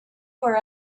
where